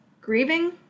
grieving